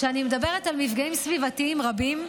כשאני מדברת על מפגעים סביבתיים רבים,